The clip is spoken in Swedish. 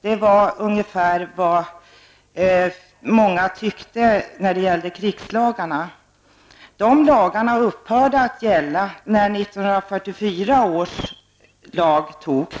Det var ungefär vad många tyckte om krigslagarna. Dessa lagar upphörde att gälla när 1944 års lag antogs.